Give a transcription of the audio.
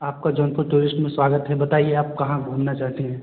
आपका जौनपुर टूरिस्ट में स्वागत है बताइए आप कहाँ घूमना चाहती हैं